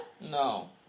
No